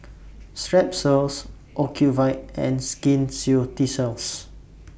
Strepsils Ocuvite and Skin Ceuticals